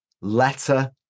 letter